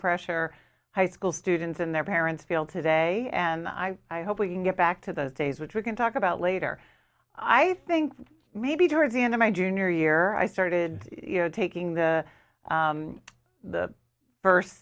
pressure high school students and their parents feel today and i i hope we can get back to those days which we can talk about later i think maybe towards the end of my junior year i started you know taking the